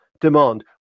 demand